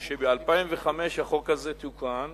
שב-2005 החוק הזה תוקן,